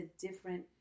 different